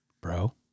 Bro